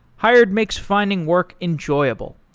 hired makes finding work enjoyable.